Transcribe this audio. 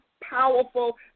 powerful